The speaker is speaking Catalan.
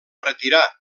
retirar